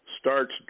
starts